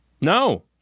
No